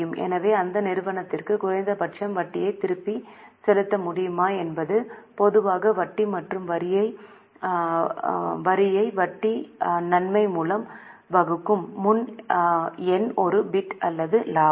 எனவே அந்த நிறுவனத்திற்கு குறைந்த பட்சம் வட்டியை திருப்பிச் செலுத்த முடியுமா என்பது பொதுவாக வட்டி மற்றும் வரியை வட்டி நன்மை மூலம் வகுக்கும் முன் எண் ஒரு பிட் அல்லது லாபம்